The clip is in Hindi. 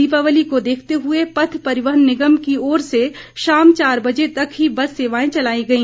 दीपावली को देखते हुए पथ परिवहन निगम की ओर से शाम चार बजे तक ही बस सेवाए चलाई गई